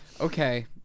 Okay